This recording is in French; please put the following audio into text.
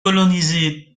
colonisé